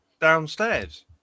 downstairs